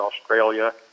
Australia